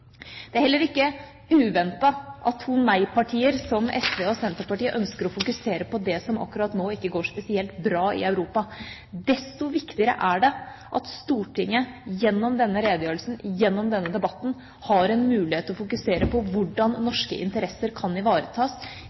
Det er heller ikke uventet at to nei-partier, som SV og Senterpartiet, ønsker å fokusere på det som akkurat nå ikke går spesielt bra i Europa. Desto viktigere er det at Stortinget gjennom denne debatten om redegjørelsen har en mulighet til å fokusere på hvordan norske interesser kan ivaretas